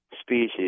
species